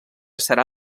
serà